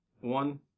one